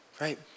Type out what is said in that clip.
right